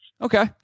Okay